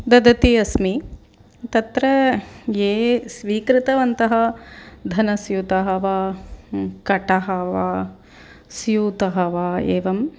ददति अस्मि तत्र ये स्वीकृतवन्तः धनस्यूतः वा कटः वा स्यूतः वा एवम्